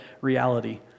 reality